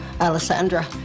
Alessandra